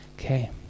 Okay